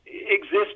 exist